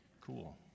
cool